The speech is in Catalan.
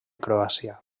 croàcia